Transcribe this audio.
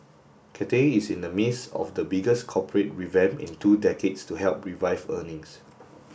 Cathay is in the midst of the biggest corporate revamp in two decades to help revive earnings